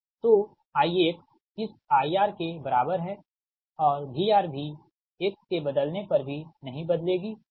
तो I इस IR के बराबर है और VR भी x के बदलने पर भी नही बदलेगी ठीक